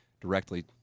directly